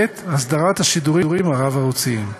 (ב) אסדרת השידורים הרב-ערוציים,